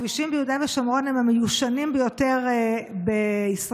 הכבישים ביהודה ושומרון הם המיושנים ביותר בישראל.